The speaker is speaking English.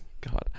god